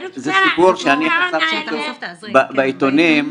זה סיפור שאני כתבתי אותו בעיתונים.